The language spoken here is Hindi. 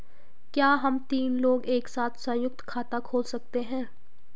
क्या हम तीन लोग एक साथ सयुंक्त खाता खोल सकते हैं?